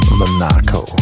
monaco